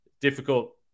difficult